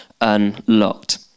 unlocked